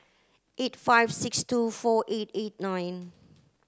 eight five six two four eight eight nine